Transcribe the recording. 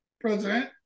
president